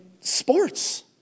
sports